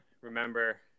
Remember